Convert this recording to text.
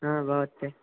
हँ बहुते